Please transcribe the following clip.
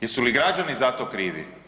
Jesu li građani za to krivi?